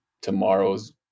tomorrow's